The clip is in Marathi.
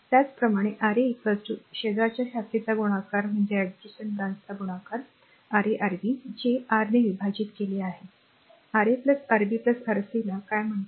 त्याचप्रमाणे R a शेजारच्या शाखेचे गुणाकार Ra Rb जे r ने विभाजित केले आहे Ra Rb Rc ला काय म्हणतात